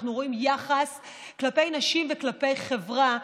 אנחנו רואים יחס כלפי נשים וכלפי חברה,